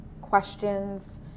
questions